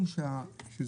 בתחום התקשורת.